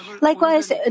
Likewise